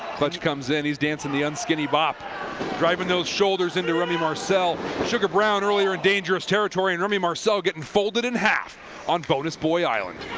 clutch comes in. he's dancing the unskinny bop driving those shoulders into remy marcel sugar brown earlier in dangerous territory, and remy marcel getting folded in half on bonus boy island